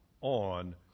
on